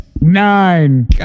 Nine